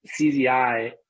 CZI